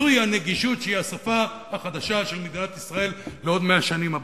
זו הנגישות שהיא השפה החדשה של מדינת ישראל לעוד מאה השנים הבאות.